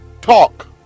Talk